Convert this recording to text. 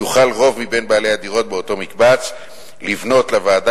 יוכל רוב מבין בעלי הדירות באותו מקבץ לפנות לוועדה